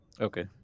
Okay